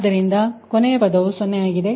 ಆದ್ದರಿಂದ ಕೊನೆಯ ಪದವು '0' ಆಗಿದೆ